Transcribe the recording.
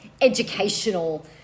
educational